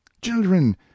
Children